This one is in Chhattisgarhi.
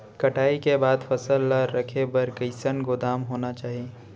कटाई के बाद फसल ला रखे बर कईसन गोदाम होना चाही?